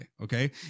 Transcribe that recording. Okay